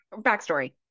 backstory